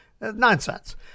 Nonsense